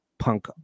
punk